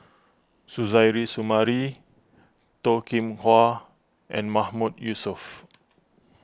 Suzairhe Sumari Toh Kim Hwa and Mahmood Yusof